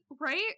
Right